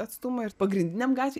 atstumą ir pagrindinėm gatvėj